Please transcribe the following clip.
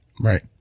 right